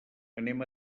anem